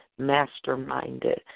masterminded